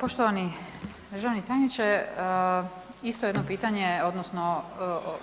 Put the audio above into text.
Poštovani državni tajniče, isto jedno pitanje, odnosno